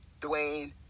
Dwayne